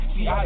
See